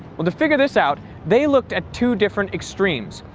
well, to figure this out they looked at two different extremes.